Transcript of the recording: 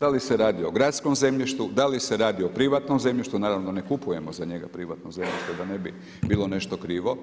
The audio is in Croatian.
Da li se radi o gradskom zemljištu, da li se radi o privatnom zemljištu, naravno ne kupujemo za njega privatno zemljište, da ne bi bilo nešto krivo,